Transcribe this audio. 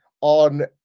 on